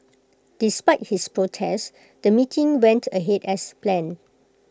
despite his protest the meeting went ahead as planned